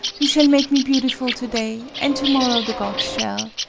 you shall make me beautiful to-day, an' to-mor row the gods shall.